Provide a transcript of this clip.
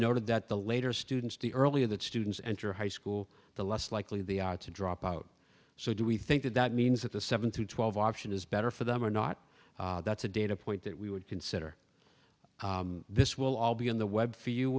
noted that the later students the earlier that students enter high school the less likely they are to drop out so do we think that that means that the seven to twelve option is better for them or not that's a data point that we would consider this will all be on the web for you